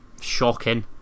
shocking